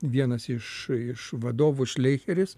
vienas iš iš vadovų šleicheris